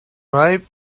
ripe